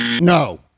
no